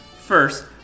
First